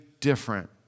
different